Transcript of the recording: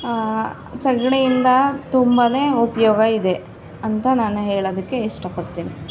ಸಗಣಿಯಿಂದ ತುಂಬನೇ ಉಪಯೋಗ ಇದೆ ಅಂತ ನಾನು ಹೇಳೋದಕ್ಕೆ ಇಷ್ಟಪಡ್ತೀನಿ